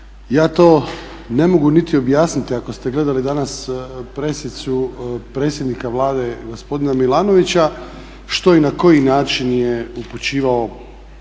Ja to ne mogu niti objasniti, ako ste gledali danas pressicu predsjednika Vlade gospodina Milanovića što i na koji način je upućivao